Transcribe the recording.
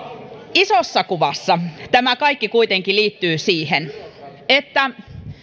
isossa kuvassa tämä kaikki kuitenkin liittyy siihen että